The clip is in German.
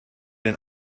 den